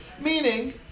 Meaning